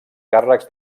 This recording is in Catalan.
càrrecs